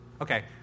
Okay